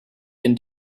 can